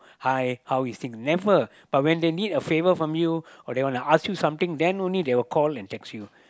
hi how is him never but when they need a favour from you or they want to ask you something then only they will call and text you